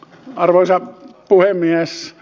arvoisa puhemies